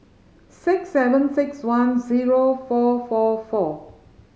six seven six one zero four four four